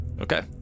Okay